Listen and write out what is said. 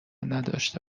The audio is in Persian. نداشته